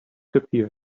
appeared